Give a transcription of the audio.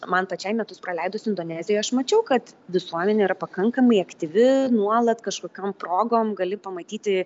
man pačiai metus praleidus indonezijoj aš mačiau kad visuomenė yra pakankamai aktyvi nuolat kažkokiom progom gali pamatyti